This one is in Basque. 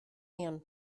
nion